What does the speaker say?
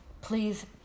please